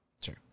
Sure